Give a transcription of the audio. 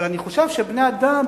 אבל אני חושב שבני-אדם,